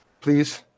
please